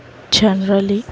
generally